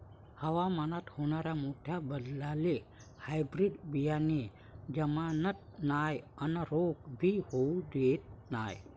हवामानात होनाऱ्या मोठ्या बदलाले हायब्रीड बियाने जुमानत नाय अन रोग भी होऊ देत नाय